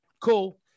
Cool